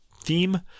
theme